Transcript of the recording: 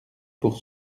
pour